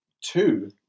two